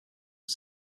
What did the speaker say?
was